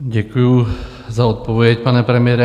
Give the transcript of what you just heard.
Děkuju za odpověď, pane premiére.